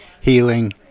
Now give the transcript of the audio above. Healing